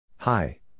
Hi